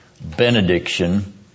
benediction